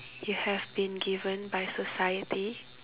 you have been given by society